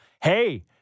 Hey